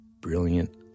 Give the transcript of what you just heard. brilliant